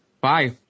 Bye